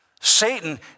Satan